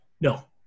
No